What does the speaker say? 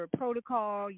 protocol